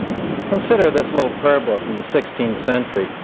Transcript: consider this little prayer book, from the sixteenth century,